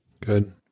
Good